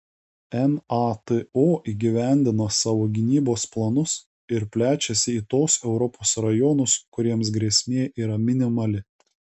nato įgyvendina savo gynybos planus ir plečiasi į tuos europos rajonus kuriems grėsmė yra minimali